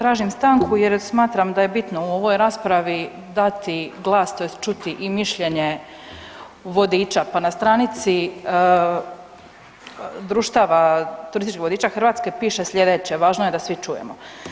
Tražim stanku jer smatram da je bitno u ovoj raspravi dati glas tj. čuti i mišljenje vodiča, pa na stranici „Društava turističkih vodiča Hrvatske“ piše slijedeće, važno je da svi čujemo.